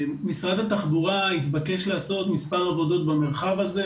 משרד התחבורה התבקש לעשות מספר עבודות במרחב הזה,